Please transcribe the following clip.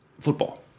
Football